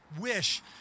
wish